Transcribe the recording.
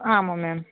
ஆமாம் மேம்